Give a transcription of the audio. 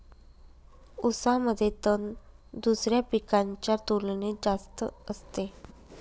ऊसामध्ये तण दुसऱ्या पिकांच्या तुलनेने जास्त असते